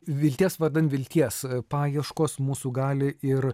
vilties vardan vilties paieškos mūsų gali ir